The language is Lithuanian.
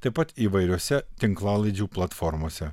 taip pat įvairiose tinklalaidžių platformose